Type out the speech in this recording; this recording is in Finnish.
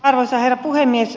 arvoisa herra puhemies